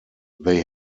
they